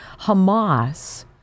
Hamas